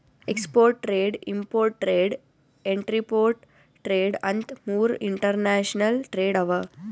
export trade, import trade, entrepot trade ಅಂತ್ ಮೂರ್ international trade ಅವಾ